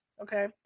Okay